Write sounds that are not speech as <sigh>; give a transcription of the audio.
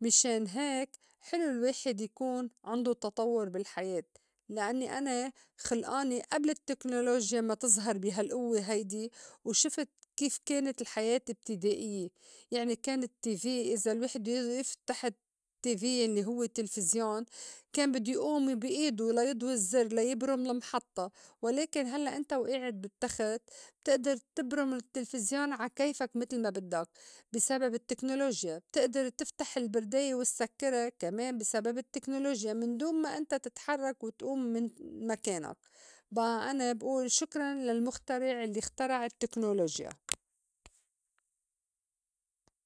مِشان هيك حلو الواحد يكون عندو تطوّر بالحياة لإنّي أنا خلئانة أبل التكنولوجيا ما تظهر بي هالئوّة هيدي وشفت كيف كانت الحياة ابتدائيّة، يعني كان ال tv إذا الواحد بدّو يفتح ال- tv يلّي هوّ التلفزيون كان بدّو يئوم بي إيدو ليضوي الزّر ليبرُم المحطّة، ولكن هلّأ إنت وآعد بالتّخت بتأدر تِبرُم التلفزيون عا كيفك متل ما بدّك، بي سبب التكنولوجيا بتأدر تفتح البرداية وتسكّرا كمان بي سبب التكنولوجيا من دون ما إنت تتحرّك وتئوم من مكانك بأى أنا بئول شُكراً للمخترع الّي اخترع التكنولوجيا. <noise>